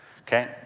Okay